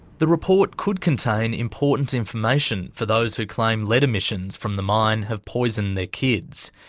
the report could contain important information for those who claim lead emissions from the mine have poisoned their kids.